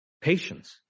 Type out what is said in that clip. Patience